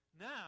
now